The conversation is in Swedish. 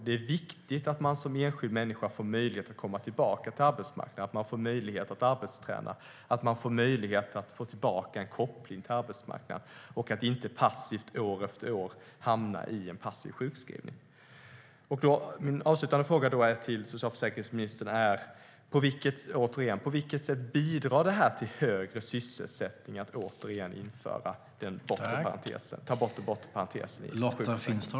Det är viktigt att man som enskild människa får möjlighet att komma tillbaka till arbetsmarknaden, att man får möjlighet att arbetsträna, att man får möjlighet att få tillbaka en koppling till arbetsmarknaden och att inte, år efter år, hamna i en passiv sjukskrivning.